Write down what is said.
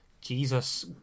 Jesus